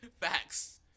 Facts